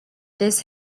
this